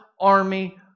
army